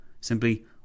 simply